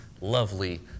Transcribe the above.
lovely